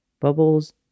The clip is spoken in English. Bubbles